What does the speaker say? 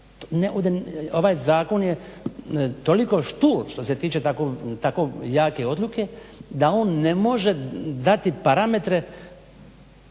Ovaj zakon je toliko štur što se tiče tako jake odluke da on ne može dati parametre